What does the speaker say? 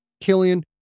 Killian